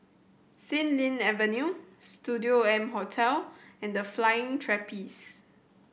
Xilin Avenue Studio M Hotel and The Flying Trapeze